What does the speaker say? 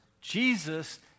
Jesus